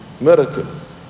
miracles